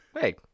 Hey